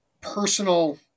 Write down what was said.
personal